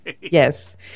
Yes